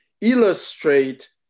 illustrate